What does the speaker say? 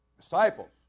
disciples